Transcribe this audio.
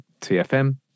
TFM